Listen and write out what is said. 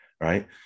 right